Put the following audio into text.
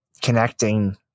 connecting